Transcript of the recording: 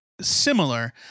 similar